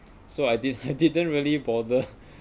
so I didn't I didn't really bother